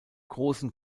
großen